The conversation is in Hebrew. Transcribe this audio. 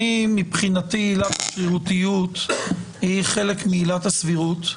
אני מבחינתי עילת השרירותיות היא חלק מעילת הסבירות,